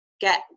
get